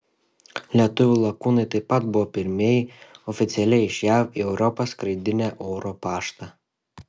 lietuvių lakūnai taip pat buvo pirmieji oficialiai iš jav į europą skraidinę oro paštą